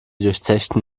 durchzechten